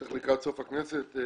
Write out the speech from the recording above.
בטח לקראת סוף הכנסת,